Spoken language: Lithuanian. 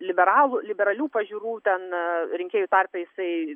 liberalų liberalių pažiūrų ten rinkėjų tarpe jisai